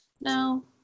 No